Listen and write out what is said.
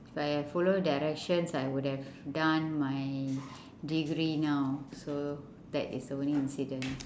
if I had followed directions I would have done my degree now so that is the only incident